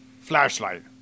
flashlight